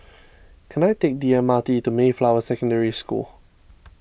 can I take the M R T to Mayflower Secondary School